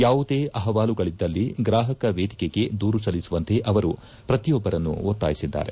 ಯಾವುದೇ ಅಹವಾಲುಗಳಿದ್ದಲ್ಲಿ ಗ್ರಾಹಕ ವೇದಿಕೆಗೆ ದೂರು ಸಲ್ಲಿಸುವಂತೆ ಅವರು ಪ್ರತಿಯೊಬ್ಬರನ್ನು ಒತ್ತಾಯಿಸಿದ್ದಾರೆ